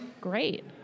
great